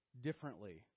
differently